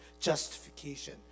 justification